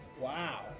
Wow